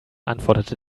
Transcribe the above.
antwortete